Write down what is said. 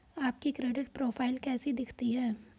आपकी credit profile कैसी दिखती है?